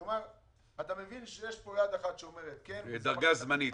כלומר אתה מבין שיש פה יד אחת שאומרת כן ו --- דרגה זמנית.